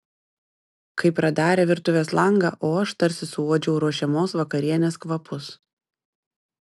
kai pradarė virtuvės langą o aš tarsi suuodžiau ruošiamos vakarienės kvapus